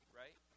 right